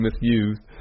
misused